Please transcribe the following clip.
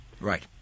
Right